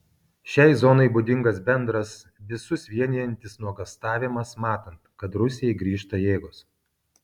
šiai zonai būdingas bendras visus vienijantis nuogąstavimas matant kad rusijai grįžta jėgos